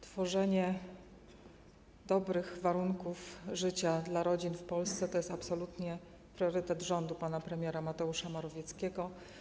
Tworzenie dobrych warunków życia dla rodzin w Polsce to absolutnie priorytet rządu pana premiera Mateusza Morawieckiego.